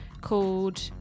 called